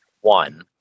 one